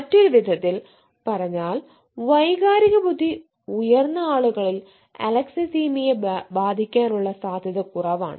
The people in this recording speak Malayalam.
മറ്റൊരു വിധത്തിൽ പറഞ്ഞാൽ വൈകാരിക ബുദ്ധി ഉയർന്ന ആളുകളിൽ അലക്സിതിമിയ ബാധിക്കാനുള്ള സാധ്യത കുറവാണ്